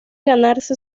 ganarse